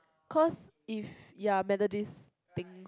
cause if ya methodist thing